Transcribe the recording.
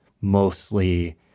mostly